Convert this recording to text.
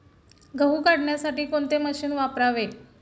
गहू काढण्यासाठी कोणते मशीन वापरावे?